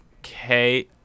Okay